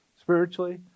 spiritually